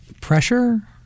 pressure